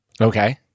Okay